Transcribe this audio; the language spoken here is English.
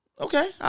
Okay